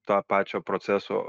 to pačio proceso